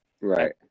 right